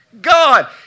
God